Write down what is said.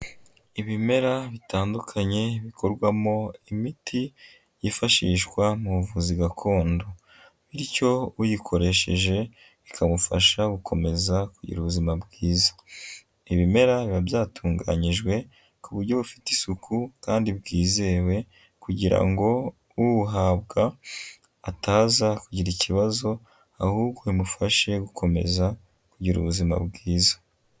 Ibimera bitandukanye bikorwamo imiti yifashishwa mu buvuzi gakondo bityo uyikoresheje ikamufasha gukomeza kugira ubuzima bwiza. Ibimera biba byatunganyijwe ku buryo bufite isuku kandi bwizewe kugira ngo ubuhabwa ataza kugira ikibazo, ahubwo bimufashe gukomeza kugira ubuzima bwiza.